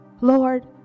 Lord